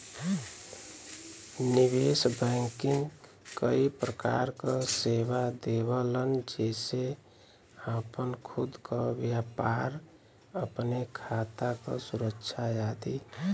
निवेश बैंकिंग कई प्रकार क सेवा देवलन जेसे आपन खुद क व्यापार, अपने खाता क सुरक्षा आदि